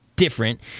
different